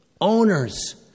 owners